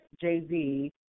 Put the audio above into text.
Jay-Z